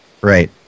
Right